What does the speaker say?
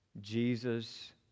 Jesus